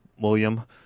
William